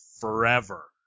forever